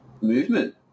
movement